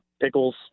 pickles